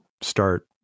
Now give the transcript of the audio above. start